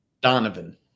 Donovan